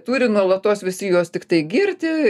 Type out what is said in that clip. turi nuolatos visi juos tiktai girti